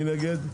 מי נגד?